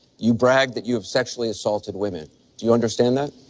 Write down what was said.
you bragged that you have sexually assaulted women. do you understand that?